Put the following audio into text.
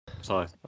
sorry